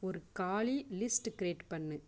ஒரு காலி list create பண்ணு